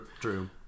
true